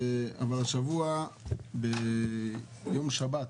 אבל השבוע ביום שבת